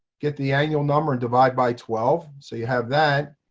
get the annual number and divide by twelve so you have that.